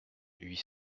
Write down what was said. huit